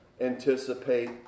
anticipate